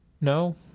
No